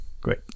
Great